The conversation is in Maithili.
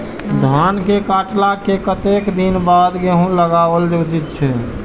धान के काटला के कतेक दिन बाद गैहूं लागाओल उचित छे?